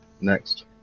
next